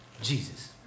Jesus